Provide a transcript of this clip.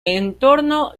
entorno